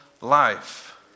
life